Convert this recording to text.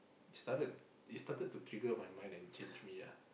started it started to trigger my mind and change me ah